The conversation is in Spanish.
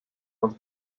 los